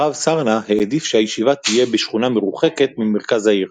הרב סרנא העדיף שהישיבה תהיה בשכונה מרוחקת ממרכז העיר.